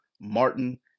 Martin